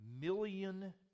million